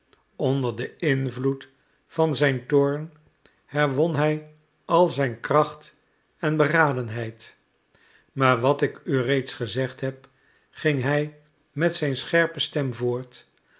onder den invloed van zijn toorn herwon hij al zijn kracht en beradenheid maar wat ik u reeds gezegd heb ging hij met zijn scherpe stem voort